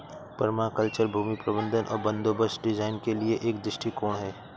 permaculture भूमि प्रबंधन और बंदोबस्त डिजाइन के लिए एक दृष्टिकोण है